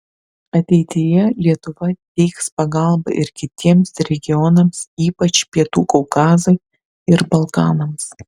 ateityje lietuva teiks pagalbą ir kitiems regionams ypač pietų kaukazui ir balkanams